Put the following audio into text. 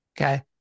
Okay